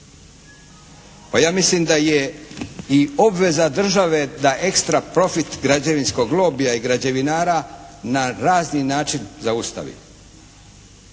Pa ja mislim da je i obveza države da ekstra profit građevinskog lobija i građevinara na razni način zaustavi.